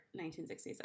1967